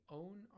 own